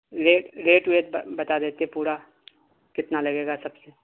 rate rate ویٹ بتا دیتے پورا کتنا لگے گا سب سے